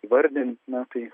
įvardint na tai